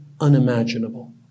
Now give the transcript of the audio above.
unimaginable